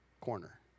corner